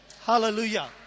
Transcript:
Hallelujah